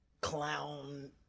clown